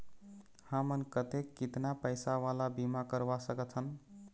हमन कतेक कितना पैसा वाला बीमा करवा सकथन?